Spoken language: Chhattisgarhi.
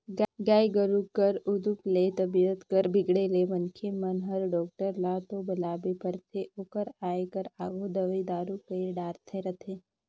गाय गोरु कर उदुप ले तबीयत कर बिगड़े ले मनखे मन हर डॉक्टर ल तो बलाबे करथे ओकर आये कर आघु दवई दारू कईर डारे रथें